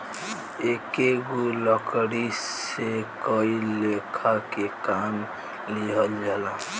एकेगो लकड़ी से कई लेखा के काम लिहल जाला